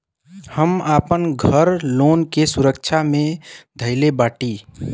हम आपन घर लोन के सुरक्षा मे धईले बाटी